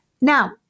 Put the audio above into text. Now